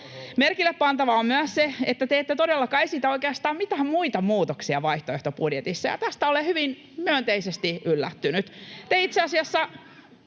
Merkille pantavaa on myös se, että te ette todellakaan esitä oikeastaan mitään muita muutoksia vaihtoehtobudjetissa, ja tästä olen hyvin myönteisesti yllättynyt.